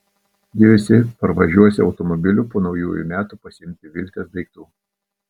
jie visi parvažiuosią automobiliu po naujųjų metų pasiimti viltės daiktų